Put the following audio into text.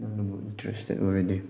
ꯅꯪꯅꯕꯨ ꯏꯟꯇꯔꯦꯁꯇꯦꯠ ꯑꯣꯏꯔꯗꯤ